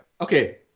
Okay